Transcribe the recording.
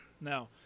Now